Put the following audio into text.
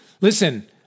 listen